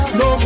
no